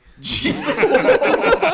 Jesus